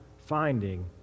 finding